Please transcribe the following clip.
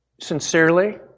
sincerely